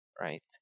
right